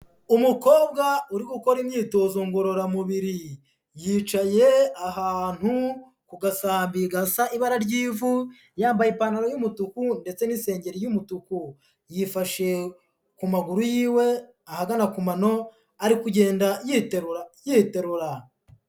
Umukobwa uri gukora imyitozo ngororamubiri yicaye ahantu ku gasambi gasa ibara ry'ivu yambaye ipantaro y'umutuku ndetse n'isenge ry'umutuku, yifashe ku maguru yiwe ahagana ku mano ari kugenda yiterura.